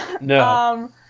No